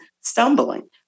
stumbling